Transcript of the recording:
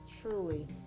Truly